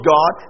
God